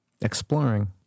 Exploring